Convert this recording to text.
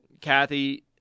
Kathy